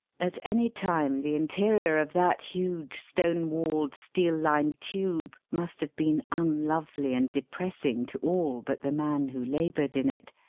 at any time the interior of that huge, stone-walled, steel-lined tube must have been unlovely and depressing to all but the man who laboured in it.